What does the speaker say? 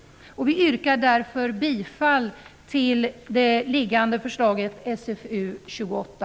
Vi yrkar därför bifall till det liggande förslaget i SfU28.